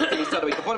בתקציב משרד הביטחון.